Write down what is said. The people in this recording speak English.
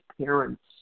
parents